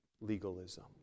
legalism